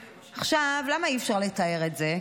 עכשיו, למה אי-אפשר לתאר את זה?